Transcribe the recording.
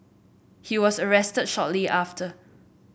he was arrested shortly after